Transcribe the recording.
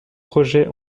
projets